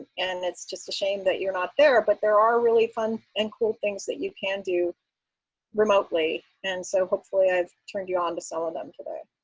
and it's just a shame that you're not there. but there are really fun and cool things that you can do remotely, and so hopefully i've turned you on to some of them today.